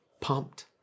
pumped